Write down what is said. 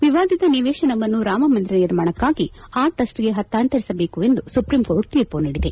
ವಿವಾದಿತ ನಿವೇಶನವನ್ನು ರಾಮಮಂದಿರ ನಿರ್ಮಾಣಕ್ಕಾಗಿ ಆ ಟ್ರಸ್ಟಿಗೆ ಹಸ್ತಾಂತರಿಸಬೇಕು ಎಂದು ಸುಪ್ರೀಂಕೋರ್ಟ್ ತೀರ್ಪು ನೀಡಿದೆ